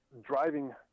driving